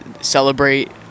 celebrate